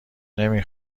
نمی